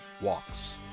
walks